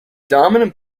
dominant